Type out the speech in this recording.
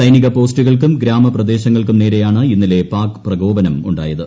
സൈനിക പോസ്റ്റുകൾക്കും ഗ്രാമ പ്രദേശങ്ങൾക്കും നേരെയാണ് ഇന്നലെ പാക് പ്രകോപനം ഉണ്ടായത്